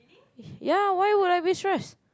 ya why would I be stressed